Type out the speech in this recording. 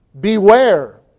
Beware